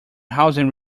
housing